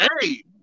Hey